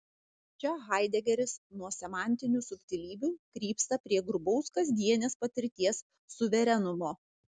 čia haidegeris nuo semantinių subtilybių krypsta prie grubaus kasdienės patirties suverenumo